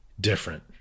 different